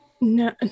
No